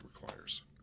requires